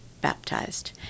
baptized